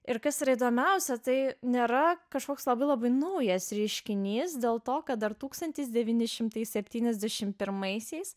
ir kas yra įdomiausia tai nėra kažkoks labai labai naujas reiškinys dėl to kad dar tūkstantis devyni šimtai septyniasdešim pirmaisiais